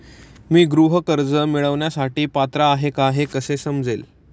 मी गृह कर्ज मिळवण्यासाठी पात्र आहे का हे कसे समजेल?